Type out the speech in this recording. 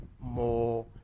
more